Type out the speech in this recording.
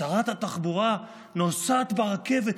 שרת התחבורה נוסעת ברכבת,